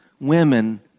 women